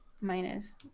minus